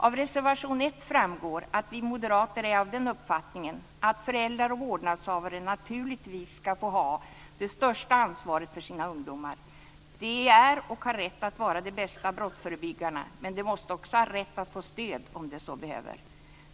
Av reservation 1 framgår att vi moderater är av den uppfattningen att föräldrar och vårdnadshavare naturligtvis ska få ha det största ansvaret för sina ungdomar. De är och har rätt att vara de bästa brottsförebyggarna, men de måste också ha rätt att få stöd om de så behöver.